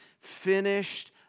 finished